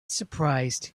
surprised